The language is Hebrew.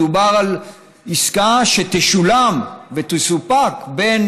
מדובר על עסקה שתשולם ותסופק בין,